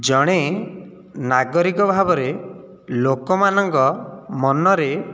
ଜଣେ ନାଗରିକ ଭାବରେ ଲୋକମାନଙ୍କ ମନରେ